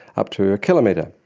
up to a kilometre.